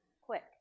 quick